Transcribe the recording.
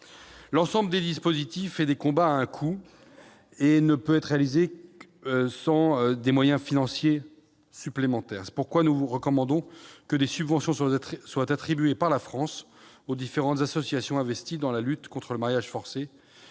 L'ensemble de ces dispositifs a un coût, et nous ne pouvons mener ces combats sans moyens financiers suffisants. C'est pourquoi nous recommandons que des subventions soient attribuées par la France aux différentes associations investies dans la lutte contre le mariage forcé